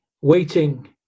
waiting